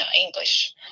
English